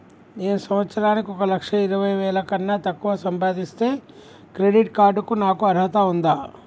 నేను సంవత్సరానికి ఒక లక్ష ఇరవై వేల కన్నా తక్కువ సంపాదిస్తే క్రెడిట్ కార్డ్ కు నాకు అర్హత ఉందా?